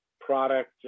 product